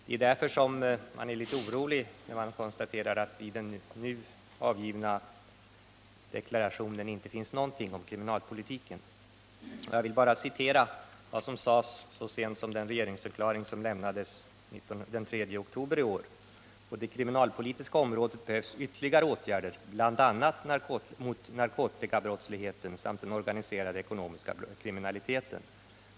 Mot denna bakgrund är man litet orolig när man konstaterar att i den nu avgivna regeringsdeklarationen inte finns någonting om kriminalpolitiken. Låt mig citera vad som sades i den regeringsförklaring som lämnades så sent som den 3 oktober i år: ”På det kriminalpolitiska området behövs ytterligare åtgärder mot bl.a. narkotikabrottsligheten samt den organiserade ekonomiska kriminaliteten.